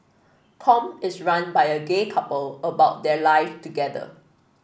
Com is run by a gay couple about their life together